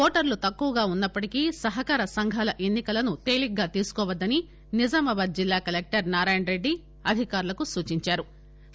ఓటర్లు తక్కువగా ఉన్నప్పటికి సహకార సంఘాల ఎన్ని కలను తేలిగ్గా తీసుకోవద్దని నిజామాబాద్ జిల్లా కలెక్టర్ నారాయణరెడ్డి అధికారులకు సూచించారు